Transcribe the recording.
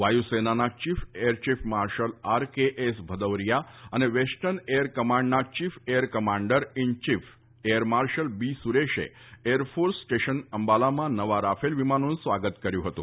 વાયુસેનાના chief air chief marshal R KS Bhadauria અને western air કમાન્ડના chief air commander in chief air marshal B સુરેશે air force station અંબાલામાં નવા Rafale વિમાનોનું સ્વાગત કર્યું હતું